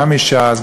גם מש"ס,